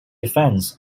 events